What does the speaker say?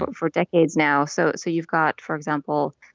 but for decades now. so so you've got, for example,